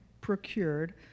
procured